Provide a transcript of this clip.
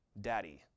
Daddy